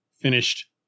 Finished